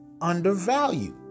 undervalued